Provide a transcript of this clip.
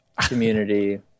community